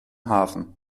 hafen